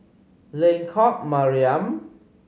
Lengkok Mariam